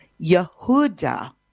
Yehuda